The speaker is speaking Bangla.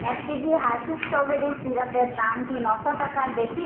এক কেজি হার্শিস স্ট্রবেরি সিরাপের দাম কি নশো টাকার বেশি